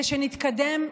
ונתקדם,